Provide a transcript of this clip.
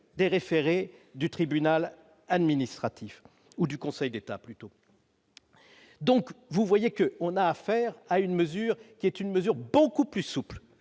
des référés du tribunal administratif ou du Conseil d'État plutôt. Donc vous voyez que, on a affaire à une mesure qui est une mesure beaucoup plus souple